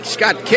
Scott